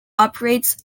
operates